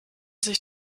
sich